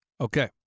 Okay